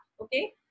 Okay